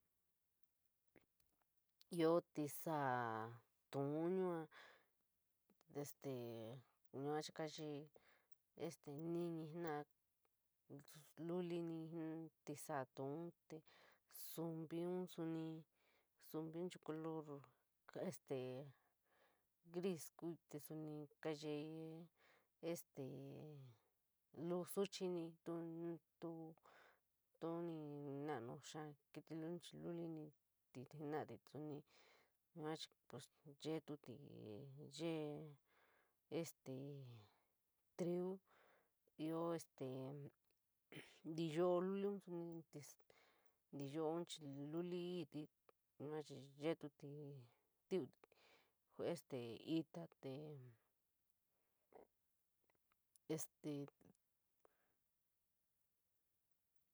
Ioo tisao tub yua este yua kayee este niñii jenoii, loliñi tisaa tuinte, sompion suni, sompion color este gris kuu te soni kaaye este lio suchin tu, tu, tu ni naiinu xoa ktu luliin chii luli ni jenoiii soni yua pues yettoii yee este trio ioo este. Ntioo luliin, este ntivo luliin chii lolitt yua yettoii, tfuv este ito te este.